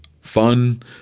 fun